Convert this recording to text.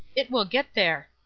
it will get there.